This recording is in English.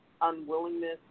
unwillingness